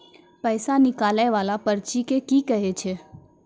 पैसा निकाले वाला पर्ची के की कहै छै?